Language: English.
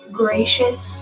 gracious